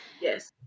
Yes